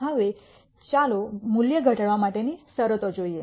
હવે ચાલો મૂલ્ય ઘટાડવા માટેની શરતો જોઈએ